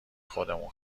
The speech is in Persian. خودمون